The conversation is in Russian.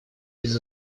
без